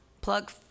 Plug